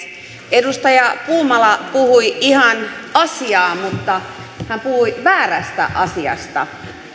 edustaja puumala puhui ihan asiaa mutta hän puhui väärästä asiasta